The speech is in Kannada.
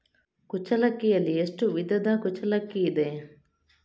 ಕುಚ್ಚಲಕ್ಕಿಯಲ್ಲಿ ಎಷ್ಟು ವಿಧದ ಕುಚ್ಚಲಕ್ಕಿ ಇದೆ?